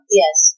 yes